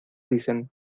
dicen